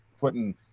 putting